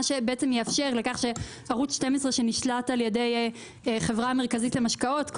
מה שיאפשר שערוץ 12 שנשלט על-ידי החברה המרכזית למשקאות,